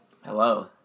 Hello